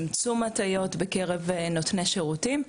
צמצום הטיות בקרב נותני שירותים.